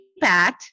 Pat